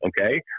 okay